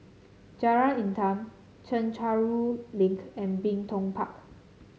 Jalan Intan Chencharu Link and Bin Tong Park